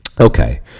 Okay